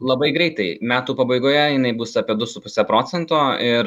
labai greitai metų pabaigoje jinai bus apie du su puse procento ir